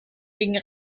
gegen